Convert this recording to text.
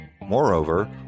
Moreover